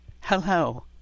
Hello